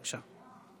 בבקשה.